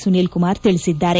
ಸುನಿಲ್ ಕುಮಾರ್ ತಿಳಿಸಿದ್ದಾರೆ